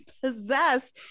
possess